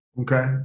Okay